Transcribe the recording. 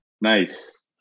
Nice